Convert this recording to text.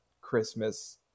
Christmas